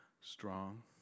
Strong